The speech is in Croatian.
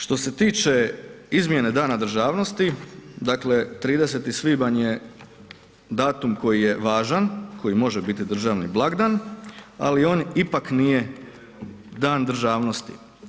Što se tiče izmjene Dana državnosti, dakle 30. svibanj je datum koji je važan, koji može biti državni blagdan ali on ipak nije dan državnosti.